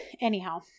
anyhow